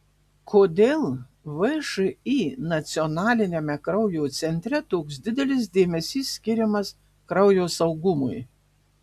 kodėl všį nacionaliniame kraujo centre toks didelis dėmesys skiriamas kraujo saugumui